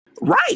Right